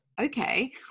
okay